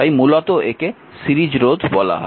তাই মূলত একে সিরিজ রোধ বলা হয়